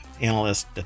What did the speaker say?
analyst